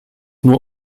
nur